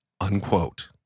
Unquote